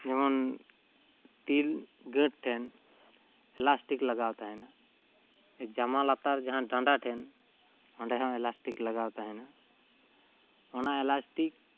ᱡᱮᱢᱚᱱ ᱛᱤᱞ ᱜᱟᱺᱴ ᱴᱷᱮᱱ ᱮᱞᱟᱥᱴᱤᱠ ᱞᱟᱜᱟᱣ ᱛᱟᱦᱮᱱᱟ ᱡᱟᱢᱟ ᱞᱟᱛᱟᱨ ᱢᱟᱦᱟᱸ ᱰᱟᱸᱰᱟ ᱴᱷᱮᱱ ᱚᱸᱰᱮ ᱦᱚᱸ ᱮᱞᱟᱥᱴᱤᱠ ᱞᱟᱜᱟᱣ ᱛᱟᱦᱮᱱᱟ ᱚᱱᱟ ᱮᱞᱟᱥᱴᱤᱠ